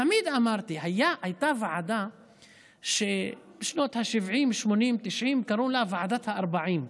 תמיד אמרתי הייתה ועדה שבשנות השבעים-שמונים-תשעים קראו לה ועדת ה-40.